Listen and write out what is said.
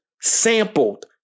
sampled